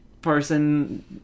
person